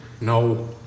No